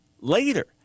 later